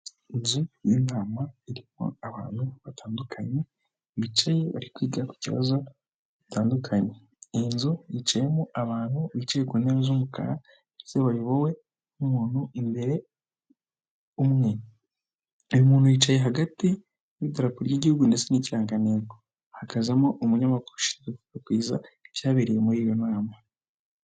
Inzu y'inama irimo abantu batandukanye bicaye bari kwiga ku kibazo gitandukanye. Iyi nzu yicayemo abantu bicaye ku ntebe z'umukara, bayobowe n'umuntu imbere umwe. Uyu umuntu yicaye hagati y'idarapo ry'igihugu ndetse n'ikirangantego, hakazamo umunyamakuru ushinzwe gukwirakwiza ibyabereye muri iyo nama.